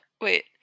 Wait